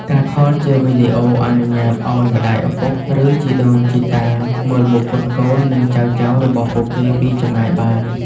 ការខលជាវីដេអូអនុញ្ញាតិឱ្យម្ដាយឪពុក ឬ ជីដូនជីតា មើលមុខកូនៗ និងចៅៗរបស់ពួកគេពីចម្ងាយបាន។